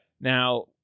Now